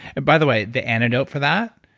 and by the way, the antidote for that,